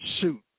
shoot